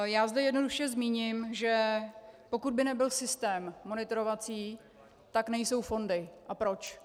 Já zde jednoduše zmíním, že pokud by nebyl systém monitorovací, tak nejsou fondy a proč.